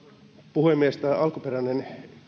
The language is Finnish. puhemies alkuperäisessä